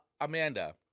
Amanda